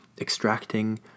extracting